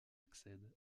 accède